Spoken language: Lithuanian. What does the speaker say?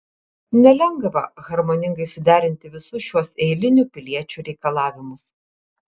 nelengva harmoningai suderinti visus šiuos eilinių piliečių reikalavimus